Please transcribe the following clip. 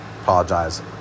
Apologize